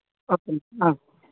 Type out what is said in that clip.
ఓకేనండి ఆ